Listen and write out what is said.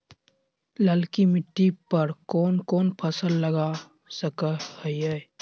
ललकी मिट्टी पर कोन कोन फसल लगा सकय हियय?